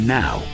now